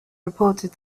reported